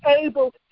able